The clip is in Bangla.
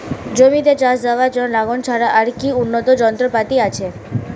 জমিতে চাষ দেওয়ার জন্য লাঙ্গল ছাড়া আর কি উন্নত যন্ত্রপাতি আছে?